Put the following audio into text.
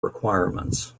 requirements